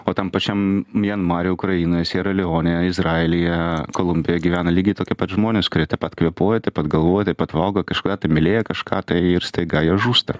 o tam pačiam m mianmare ukrainoj siera leonėj izraelyje kolumbijoje gyvena lygiai tokie pat žmonės kurie taip pat kvėpuoja taip pat galvoja taip pat valgo kažką tai mylėjo kažką tai ir staiga jie žūsta